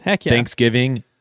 Thanksgiving